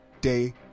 day